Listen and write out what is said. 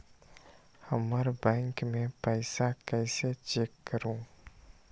हमर बैंक में पईसा कईसे चेक करु?